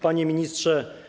Panie Ministrze!